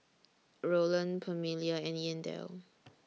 Rowland Pamelia and Yandel